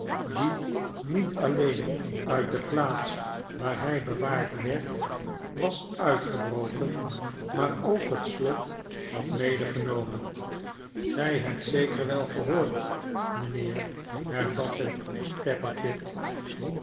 die niet alleen uit de plaats waar hij bewaard werd was uitgebroken maar ook het slot had medegenomen gij hebt zeker wel gehoord mijnheer hervatte